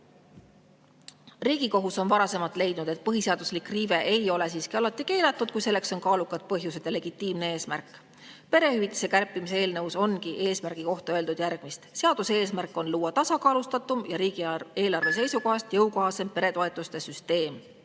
Riigikohus on varasemalt leidnud, et põhiseaduslik riive ei ole siiski alati keelatud, kui selleks on kaalukad põhjused ja on legitiimne eesmärk. Perehüvitiste kärpimise eelnõus ongi eesmärgi kohta öeldud järgmist: "Seaduse eesmärk on luua tasakaalustatum ja riigieelarve seisukohast jõukohasem peretoetuste süsteem."